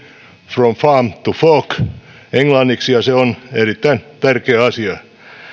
from farm to fork englanniksi ja se on erittäin tärkeä asia